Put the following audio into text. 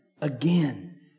again